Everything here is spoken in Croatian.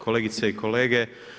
Kolegice i kolege.